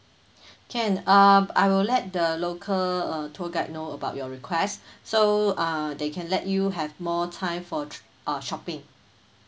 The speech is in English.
can uh I will let the local uh tour guide know about your request so uh they can let you have more time for thr~ uh shopping